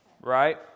right